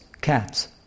cats